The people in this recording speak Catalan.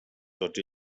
tots